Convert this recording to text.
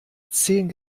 zehn